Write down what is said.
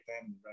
time